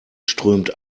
strömt